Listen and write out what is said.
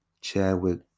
Chadwick